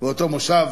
באותו מושב